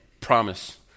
promise